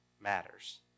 matters